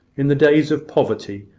in the days of poverty,